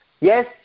Yes